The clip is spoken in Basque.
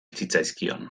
zitzaizkion